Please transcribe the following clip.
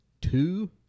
two